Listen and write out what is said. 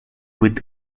with